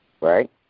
Right